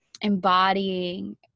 embodying